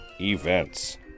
events